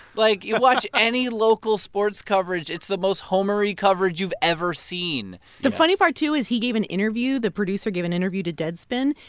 like, you watch any local sports coverage, it's the most homer-y coverage you've ever seen the funny part, too, is he gave an interview the producer gave an interview to deadspin.